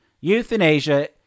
Euthanasia